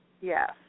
Yes